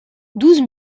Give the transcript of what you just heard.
douze